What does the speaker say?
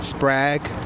Sprague